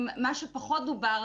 מה שפחות דובר,